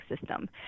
system